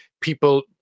people